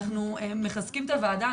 זו אחת המטרות של --- אנחנו מחזקים את הוועדה,